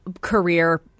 career –